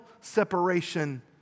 separation